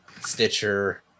Stitcher